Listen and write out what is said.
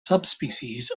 subspecies